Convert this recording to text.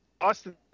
Austin